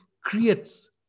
creates